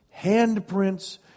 handprints